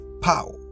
pow